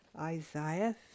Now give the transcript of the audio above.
Isaiah